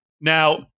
Now